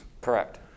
Correct